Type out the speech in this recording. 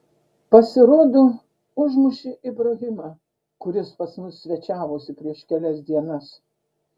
pasirodo užmušė ibrahimą kuris pas mus svečiavosi prieš kelias dienas